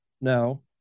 No